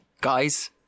guys